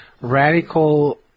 radical